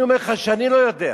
אני אומר לך שאני לא יודע,